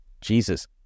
Jesus